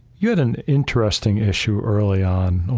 you had an interesting issue early on.